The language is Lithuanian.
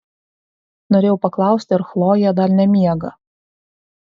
norėjau paklausti ar chlojė dar nemiega